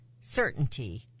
certainty